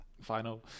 final